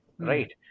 right